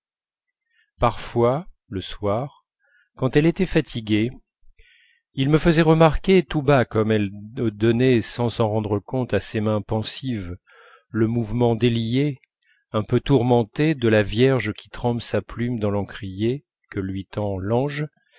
parfois le soir quand elle était fatiguée il me faisait remarquer tout bas comme elle donnait sans s'en rendre compte à ses mains pensives le mouvement délié un peu tourmenté de la vierge qui trempe sa plume dans l'encrier que lui tend l'ange